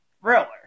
thriller